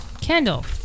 kendall